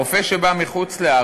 רופא שבא מחוץ-לארץ,